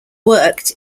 worked